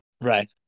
Right